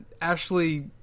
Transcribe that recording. Ashley